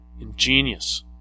Ingenious